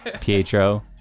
Pietro